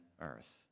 earth